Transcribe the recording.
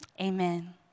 amen